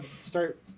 start